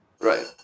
Right